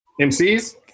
MCs